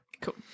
Cool